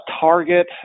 target